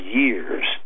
years